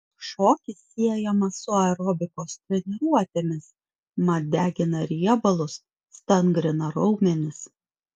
šokis siejamas su aerobikos treniruotėmis mat degina riebalus stangrina raumenis